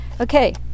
Okay